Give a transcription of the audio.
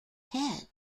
head